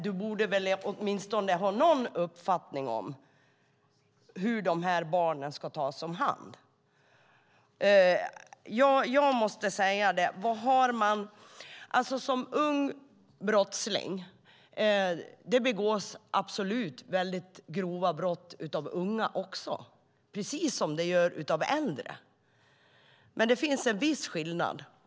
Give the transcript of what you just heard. Richard Jomshof borde väl ha någon uppfattning om hur dessa barn ska tas om hand. Absolut, grova brott begås av unga, precis som av äldre, men där finns en skillnad.